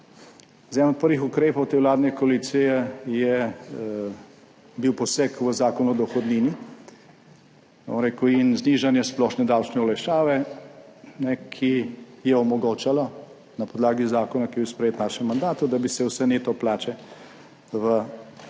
Eden od prvih ukrepov te vladne koalicije je bil poseg v Zakon o dohodnini in znižanje splošne davčne olajšave, ki je omogočala na podlagi zakona, ki je bil sprejet v našem mandatu, da bi se vse neto plače v nekaj